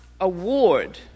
award